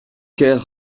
ker